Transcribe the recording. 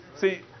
see